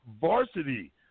varsity